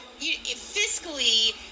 fiscally